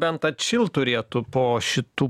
bent atšilt turėtų po šitų